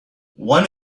one